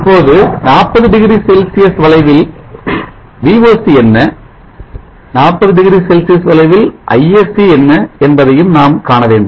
இப்போது 40 degree Celsius வளைவில் VOC என்ன 40 டிகிரி செல்சியஸ் வளைவில் ISC என்ன என்பதையும் நாம் காண வேண்டும்